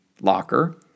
locker